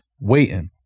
waiting